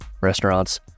restaurants